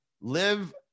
Live